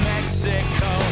Mexico